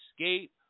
escape